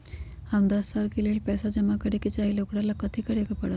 हम दस साल के लेल पैसा जमा करे के चाहईले, ओकरा ला कथि करे के परत?